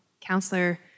counselor